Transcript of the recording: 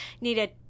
Needed